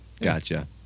Gotcha